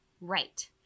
Right